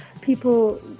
People